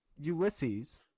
Ulysses